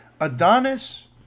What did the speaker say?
Adonis